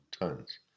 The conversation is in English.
tons